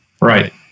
Right